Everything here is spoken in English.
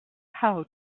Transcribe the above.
how